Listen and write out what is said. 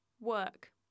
work